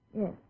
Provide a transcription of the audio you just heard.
Yes